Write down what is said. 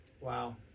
Wow